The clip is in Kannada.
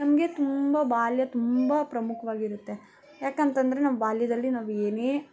ನಮಗೆ ತುಂಬ ಬಾಲ್ಯ ತುಂಬ ಪ್ರಮುಖವಾಗಿರುತ್ತೆ ಏಕೆಂತಂದ್ರೆ ನಾವು ಬಾಲ್ಯದಲ್ಲಿ ನಾವು ಏನೇ